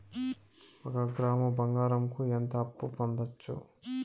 ఒక గ్రాము బంగారంకు ఎంత అప్పు పొందొచ్చు